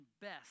best